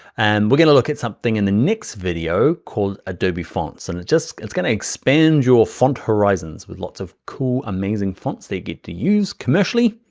and we're gonna look at something in the next video called adobe fonts. and it's gonna expand your font horizons with lots of cool, amazing fonts they get to use commercially.